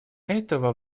этого